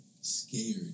Scared